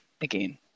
again